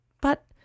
But